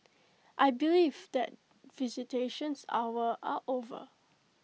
I believe that visitations hours are over